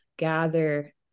gather